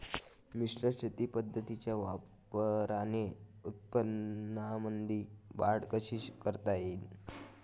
मिश्र शेती पद्धतीच्या वापराने उत्पन्नामंदी वाढ कशी करता येईन?